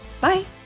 Bye